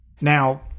Now